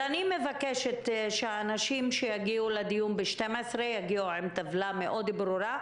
אני מבקשת שאנשים שיגיעו לדיון ב-12:00 יגיעו עם טבלה מאוד ברורה,